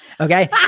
Okay